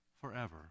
forever